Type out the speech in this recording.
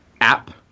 app